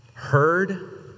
heard